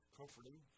comforting